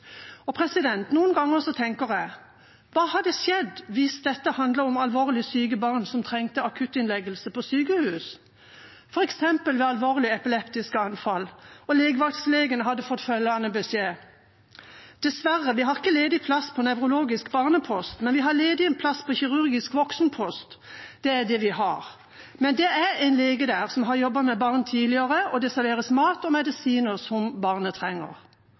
Noen ganger tenker jeg: Hva hadde skjedd hvis dette handlet om alvorlig syke barn som trengte akuttinnleggelse på sykehus, f.eks. ved et alvorlig epileptisk anfall, og legevaktslegen hadde fått følgende beskjed: Dessverre, vi har ikke ledig plass på nevrologisk barnepost, men vi har ledig en plass på kirurgisk voksenpost. Det er det vi har. Men det er en lege der som har jobbet med barn tidligere, og det serveres mat og medisiner som barnet trenger.